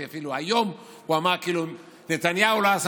אפילו היום הוא אמר כאילו נתניהו לא עשה